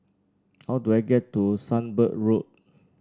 how do I get to Sunbird Road